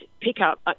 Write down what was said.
pickup